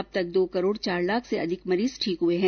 अब तक दो करोड़ चार लाख से अधिक मरीज ठीक हुए हैं